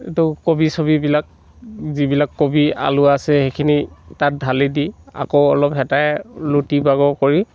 সেইটো কবি চবিবিলাক যিবিলাক কবি আলু আছে সেইখিনি তাত ঢালি দি আকৌ অলপ হেতাৰে লুটি বাগৰ কৰি